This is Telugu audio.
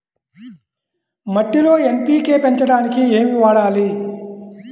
మట్టిలో ఎన్.పీ.కే పెంచడానికి ఏమి వాడాలి?